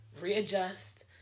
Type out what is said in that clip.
readjust